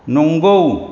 नंगौ